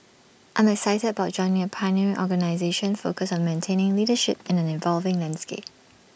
I'm excited about joining A pioneering organisation focused on maintaining leadership in an evolving landscape